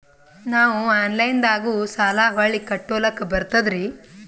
ನಾವು ಆನಲೈನದಾಗು ಸಾಲ ಹೊಳ್ಳಿ ಕಟ್ಕೋಲಕ್ಕ ಬರ್ತದ್ರಿ?